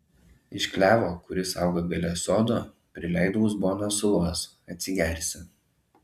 iš klevo kuris auga gale sodo prileidau uzboną sulos atsigersi